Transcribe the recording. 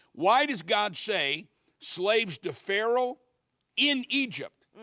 why does god say slaves to pharaoh in egypt.